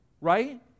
Right